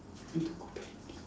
time to go back already